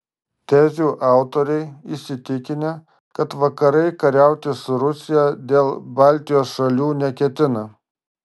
tezių autoriai įsitikinę kad vakarai kariauti su rusija dėl baltijos šalių neketina